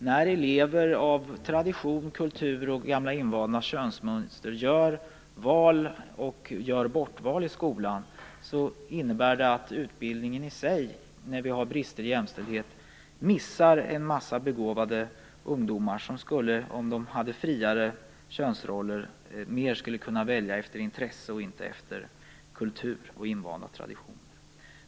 När elever på grund av tradition, kultur och gamla invanda könsmönster gör val och bortval i skolan innebär det att utbildningen i sig förlorar en massa begåvade ungdomar. Om könsrollerna var friare skulle eleverna mer kunna välja beroende på intresse och inte beroende på kultur och invanda traditioner.